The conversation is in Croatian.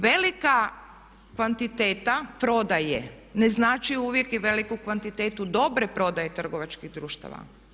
Velika kvantiteta prodaje ne znači uvijek i veliku kvantitetu dobre prodaje trgovačkih društava.